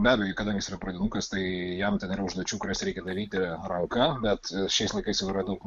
be abejo kadangi jis yra pradinukas tai jam ten yra užduočių kurias reikia daryti ranka bet šiais laikais jau yra daug